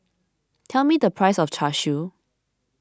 tell me the price of Char Siu